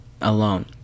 alone